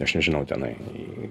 aš nežinau tenai